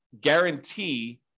guarantee